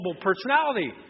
personality